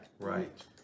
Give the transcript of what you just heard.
Right